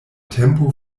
tempo